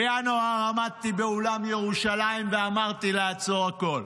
בינואר עמדתי באולם ירושלים ואמרתי לעצור הכול.